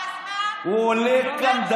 הוא עולה כאן,